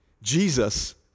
Jesus